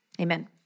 Amen